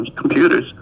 computers